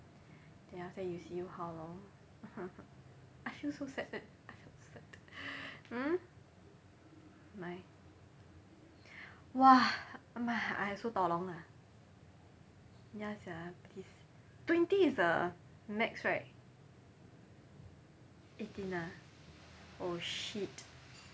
then after that you see you how lor I feel so sad I feel sad mm mai !wah! I also tolong ah ya sia please twenty is the max right eighteen ah oh shit